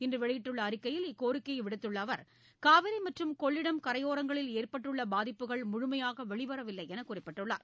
இன்றுவெளியிட்டுள்ளஅறிக்கையில் இக்கோரிக்கையைவிடுத்துள்ளஅவர் காவிரிமற்றும் கொள்ளிடம் கரையோரங்களில் ஏற்பட்டுள்ளபாதிப்புகள் முழுமையாகவெளிவரவில்லைஎன்றுகுறிப்பிட்டுள்ளார்